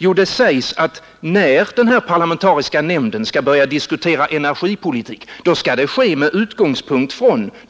Jo, att när den parlamentariska nämnden skall börja diskutera energipolitik skall det ske med utgångspunkt